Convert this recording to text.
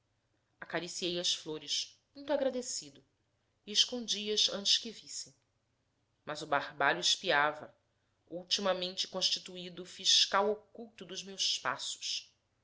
acariciei as flores muito agradecido e escondi as antes que vissem mas o barbalho espiava ultimamente constituído fiscal oculto dos meus passos